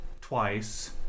twice